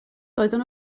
doedden